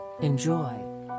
Enjoy